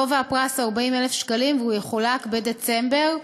גובה הפרס 40,000 שקלים, והוא יחולק בדצמבר.